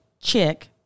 chick